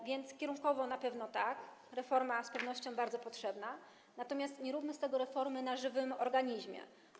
A więc kierunkowo na pewno tak, reforma z pewnością jest bardzo potrzebna, natomiast nie róbmy z tego reformy na żywym organizmie.